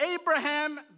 Abraham